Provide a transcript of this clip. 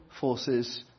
forces